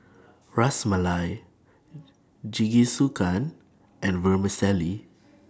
Ras Malai Jingisukan and Vermicelli